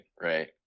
right